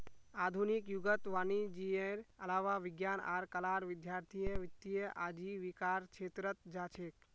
आधुनिक युगत वाणिजयेर अलावा विज्ञान आर कलार विद्यार्थीय वित्तीय आजीविकार छेत्रत जा छेक